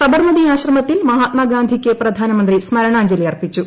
സബർമതി ആശ്രമത്തിൽ മഹാത്മഗാന്ധിക്ക് പ്രധാനമന്ത്രി സ്മരണാഞ്ജലി അർപ്പിച്ചു